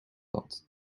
land